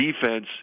defense